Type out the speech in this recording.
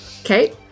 Okay